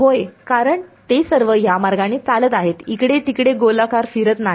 होय कारण ते सर्व या मार्गाने चालत आहेत इकडे तिकडे गोलाकार फिरत नाही